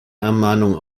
ermahnung